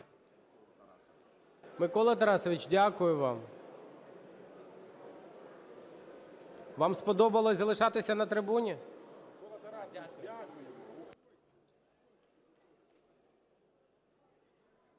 Микола Тарасович, дякую вам. Вам сподобалось залишатися на трибуні?